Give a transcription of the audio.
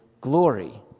glory